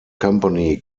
company